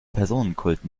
personenkult